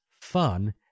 fun